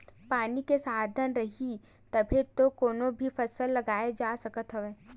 पानी के साधन रइही तभे तो कोनो भी फसल लगाए जा सकत हवन